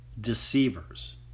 deceivers